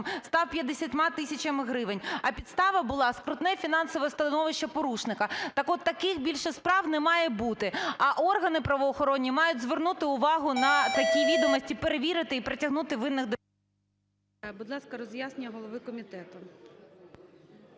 став 50 тисячами гривень. А підстава була – скрутне фінансове становище порушника. Так от таких більше справ не має бути. А органи правоохоронні мають звернути увагу на такі відомості, перевірити і притягнути винних до...